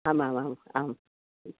आमामाम् अहं